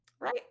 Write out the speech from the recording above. Right